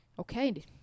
okay